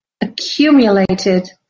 accumulated